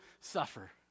suffer